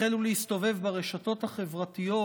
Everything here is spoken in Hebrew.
החלה להסתובב ברשתות החברתיות